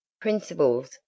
principles